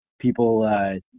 people